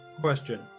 Question